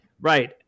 right